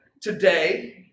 Today